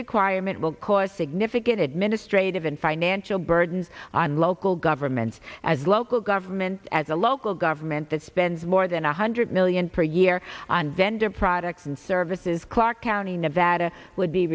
requirement will cause significant administrative and financial burdens on local governments as local government as a local government that spends more than one hundred million per year on vender products and services clark county nevada would be